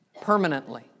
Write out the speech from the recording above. permanently